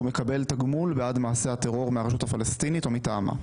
מקבל תגמול בעד מדשה הטרור מהרשות הפלסטינית או מטעמה.